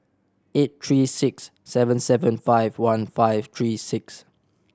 eight three six seven seven five one five three six